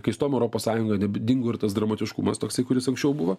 kai įstojom į europos sąjungą dingo ir tas dramatiškumas toksai kuris anksčiau buvo